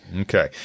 Okay